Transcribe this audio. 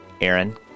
Aaron